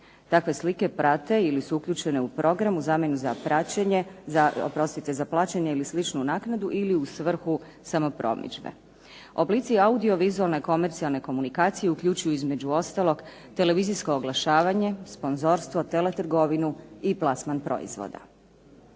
Takve slike prate ili su uključene u program u zamjenu za praćenje, za oprostite za plaćanje ili sličnu naknadu ili u svrhu samopromidžbe. Oblici audiovizualne komercijalne komunikacije uključuju između ostalog televizijsko oglašavanje, sponzorstvo, teletrgovinu i plasman proizvoda.